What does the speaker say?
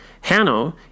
Hanno